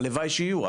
הלוואי שיהיו,